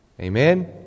Amen